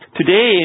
Today